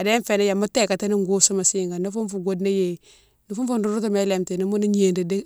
Adéne fénan yama tékatini goustouma sigane, ni foune foune fou boude na iyéye, ni foune fou roundoutouma iléme ti idimoune gnéri idi.